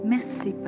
Merci